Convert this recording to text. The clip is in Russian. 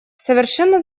совершенно